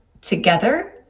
together